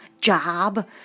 Job